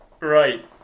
Right